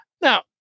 Now